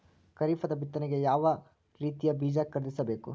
ಖರೀಪದ ಬಿತ್ತನೆಗೆ ಯಾವ್ ರೀತಿಯ ಬೀಜ ಖರೀದಿಸ ಬೇಕು?